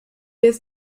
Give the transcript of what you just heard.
est